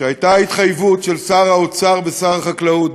שהייתה התחייבות של שר האוצר ושר החקלאות,